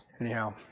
Anyhow